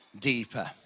deeper